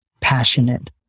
Passionate